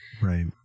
Right